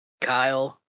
Kyle